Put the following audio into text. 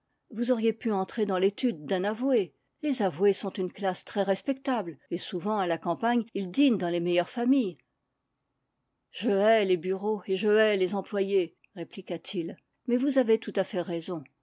vous auriez pu entrer dans l'étude d'un avoué les avoués sont une classe très respectable et souvent à la campagne ils dînent dans les meilleures familles je hais les bureaux et je hais les employés répliqua-t-il mais vous avez tout à fait raison